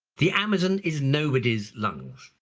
the amazon is nobody's lungs.